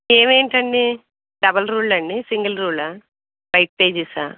ఏమేంటండి double ruled అండి single రూల్డా white పేజెసా